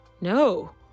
No